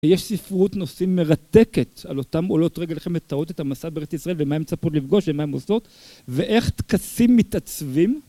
יש ספרות נושאים מרתקת על אותם עולות רגל איך הן מתארות את המסע בארץ ישראל ומה הם מצפות לפגוש ומה הן עושות, ואיך טקסים מתעצבים